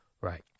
Right